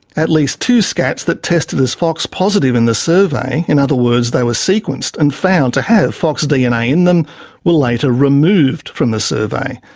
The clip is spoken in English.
at least two scats that tested as fox-positive in the survey in other words, they were sequenced and found to have fox dna in them were later removed from the survey.